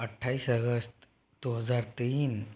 अठाईस अगस्त दो हजार तीन